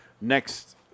next